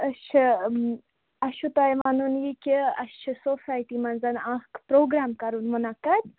أسۍ چھِ اَسہِ چھُ تۄہہِ ونُن یہِ کہِ اَسہِ چھُ سوسایٹی منٛز اَکھ پرٛوگرام کَرُن مُنعقد